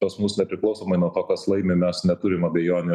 pas mus nepriklausomai nuo to kas laimi mes neturim abejonių